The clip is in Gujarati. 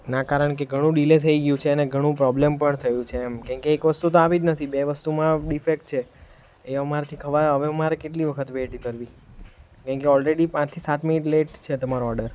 ના કારણ કે ઘણું ડિલે થઈ ગયું છે અને ઘણું પ્રોબ્લમ પણ થયું છે કેમકે એક વસ્તુ તો આવી જ નથી બે વસ્તુમાં ડિફેક્ટ છે એ અમારાથી ખવાય હવે અમારે કેટલી વખત વેઇટ કરવી કારણ કે ઓલરેડી પાંચથી સાત મિનિટ લેટ છે તમારો ઓડર